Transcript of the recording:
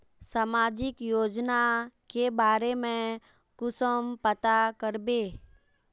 सामाजिक योजना के बारे में कुंसम पता करबे?